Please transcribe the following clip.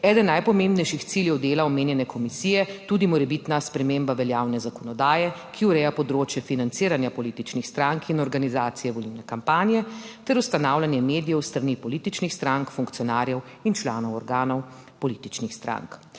eden najpomembnejših ciljev dela omenjene komisije tudi morebitna sprememba veljavne zakonodaje, ki ureja področje financiranja političnih strank in organizacije volilne kampanje ter ustanavljanje medijev s strani političnih strank, funkcionarjev in članov organov političnih strank.